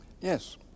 Yes